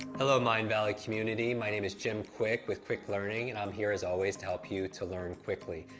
hello, mindvalley community. my name is jim kwik with kwik learning, and i'm here as always to help you to learn quickly.